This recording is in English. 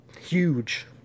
huge